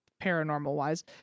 paranormal-wise